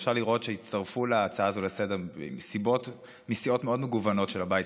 ואפשר לראות שהצטרפו להצעה הזאת לסדר-היום מסיעות מאוד מגוונות של הבית,